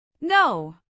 No